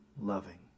loving